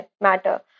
matter